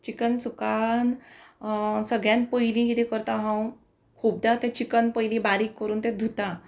chicken सुकान सगळ्यान पयली कितें करता हांव खुबदां आतां चिकन पयली बारीक करून तें धुता